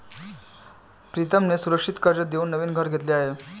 प्रीतमने सुरक्षित कर्ज देऊन नवीन घर घेतले आहे